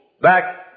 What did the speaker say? back